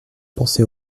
pensée